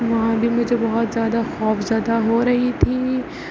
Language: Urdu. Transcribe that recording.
وہاں بھی مجھے بہت زیادہ خوفزدہ ہو رہی تھی